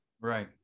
right